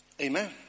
Amen